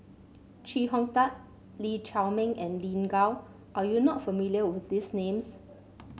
Chee Hong Tat Lee Chiaw Meng and Lin Gao are you not familiar with these names